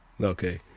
Okay